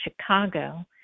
Chicago